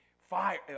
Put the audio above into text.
fire